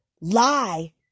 lie